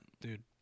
dude